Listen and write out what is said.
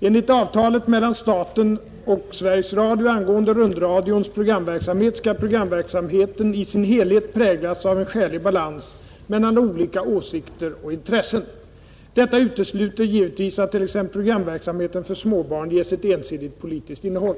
Enligt avtalet mellan staten och Sveriges Radio angående rundradions programverksamhet skall programverksamheten i sin helhet präglas av skälig balans mellan olika åsikter och intressen. Detta utesluter givetvis att t.ex. programverksamheten för småbarn ges ett ensidigt politiskt innehåll.